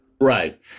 Right